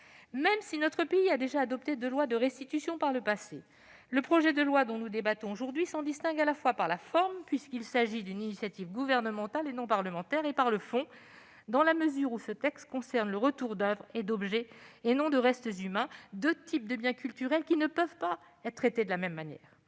par le passé, adopté deux lois de restitution, mais le projet de loi dont nous débattons aujourd'hui s'en distingue à la fois par la forme, puisqu'il s'agit d'une initiative gouvernementale et non parlementaire, et par le fond, dans la mesure où ce texte concerne le retour d'oeuvres et d'objets, et non de restes humains, ces deux types de biens culturels ne pouvant pas être traités de la même manière.